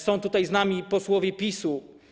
Są tutaj z nami posłowie PiS-u.